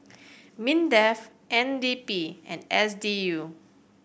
MINDEF N D P and S D U